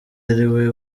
ariwe